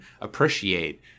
appreciate